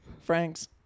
Frank's